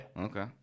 Okay